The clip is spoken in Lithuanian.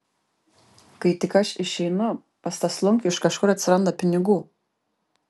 kai tik aš išeinu pas tą slunkių iš kažkur atsiranda pinigų